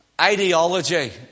ideology